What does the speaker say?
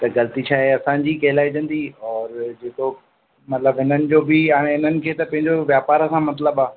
त ग़लती छाहे असांजी कहलाइजंदी और जेको मतिलबु हुननि जो बि हाणे हिननि खे त पंहिंजो व्यापार सां मतिलबु आहे